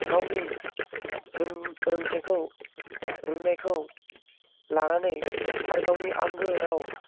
गावनि रोंथायखौ रोंनायखौ लानानै आरो गावनि आंगो राव